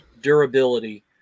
durability